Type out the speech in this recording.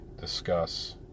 discuss